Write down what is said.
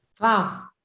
Wow